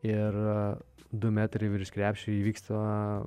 ir du metrai virš krepšio įvyksta